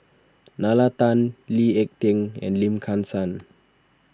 Nalla Tan Lee Ek Tieng and Lim Kim San